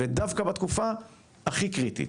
ודווקא בתקופה הכי קריטית.